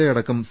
A അടക്കം C